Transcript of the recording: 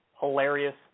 hilarious